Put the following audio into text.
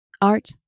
Art